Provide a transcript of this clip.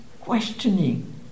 questioning